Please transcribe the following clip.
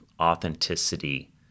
authenticity